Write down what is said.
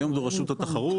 היום זו רשות התחרות.